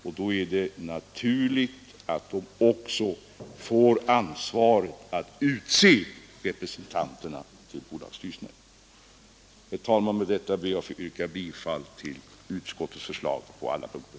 Därför bör de få hela ansvaret när det gäller att utse sina representanter till bolagsstyrelserna. Herr talman! Jag ber att få yrka bifall till utskottets förslag på alla punkter.